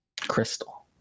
Crystal